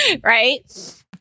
right